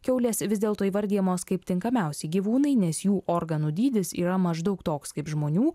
kiaulės vis dėlto įvardijamos kaip tinkamiausi gyvūnai nes jų organų dydis yra maždaug toks kaip žmonių